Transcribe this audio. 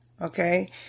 Okay